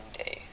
day